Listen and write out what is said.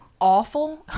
awful